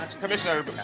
Commissioner